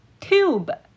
Tube